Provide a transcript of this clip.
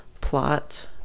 plot